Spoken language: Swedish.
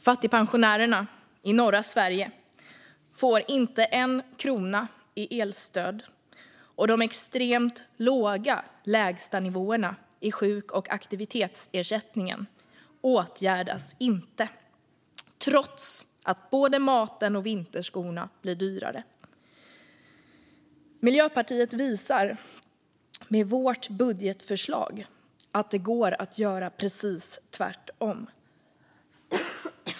Fattigpensionärerna i norra Sverige får inte en krona i elstöd, och de extremt låga lägstanivåerna i sjuk och aktivitetsersättningen åtgärdas inte trots att både maten och vinterskorna blir dyrare. Vi i Miljöpartiet visar med vårt budgetförslag att det går att göra precis tvärtom.